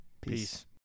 Peace